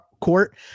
court